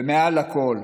ומעל לכול,